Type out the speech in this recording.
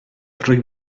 rwy